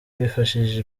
bifashishije